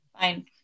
Fine